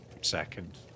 second